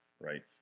right